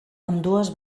ambdues